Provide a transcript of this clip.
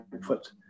put